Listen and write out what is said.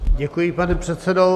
Děkuji, pane předsedo.